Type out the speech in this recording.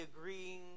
agreeing